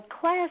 Class